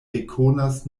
rekonas